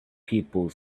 people